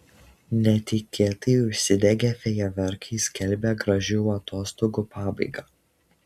netikėtai užsidegę fejerverkai skelbia gražių atostogų pabaigą